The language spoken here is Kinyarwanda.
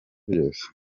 ryose